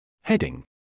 Heading